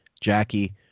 Jackie